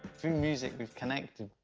through music, we've connected.